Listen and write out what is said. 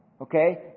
Okay